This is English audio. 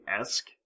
esque